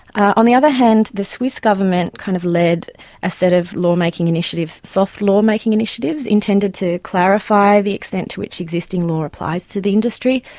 on the other hand, the swiss government kind of led a set of law-making initiatives, soft law-making initiatives intended to clarify the extent to which existing law applies to the industry,